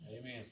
Amen